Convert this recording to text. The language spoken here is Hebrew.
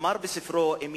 אמר בספרו "אמיל":